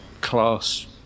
class